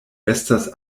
estas